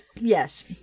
yes